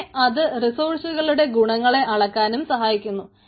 ഇവിടെ അത് റിസോഴ്സുകളുടെ ഗുണങ്ങളെ അളക്കാനും സഹായിക്കുന്നു